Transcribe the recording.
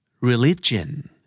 Religion